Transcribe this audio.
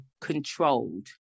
controlled